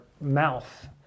mouth